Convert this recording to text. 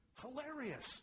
hilarious